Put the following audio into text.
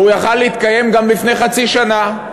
והוא יכול היה להתקיים גם לפני חצי שנה.